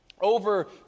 over